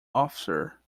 officer